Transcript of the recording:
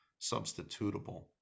substitutable